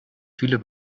viele